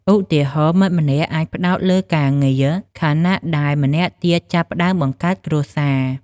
ឧទាហរណ៍ មិត្តម្នាក់អាចផ្ដោតលើការងារ ខណៈដែលម្នាក់ទៀតចាប់ផ្ដើមបង្កើតគ្រួសារ។